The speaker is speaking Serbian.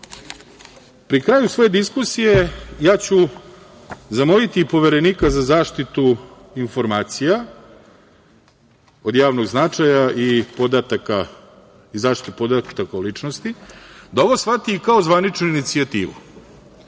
red. Pri kraju svoje diskusije zamoliću Poverenika za zaštitu informacija od javnog značaja i zaštite podataka o ličnosti, da ovo shvati kao zvaničnu inicijativu